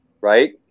right